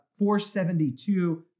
472